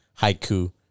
haiku